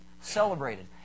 celebrated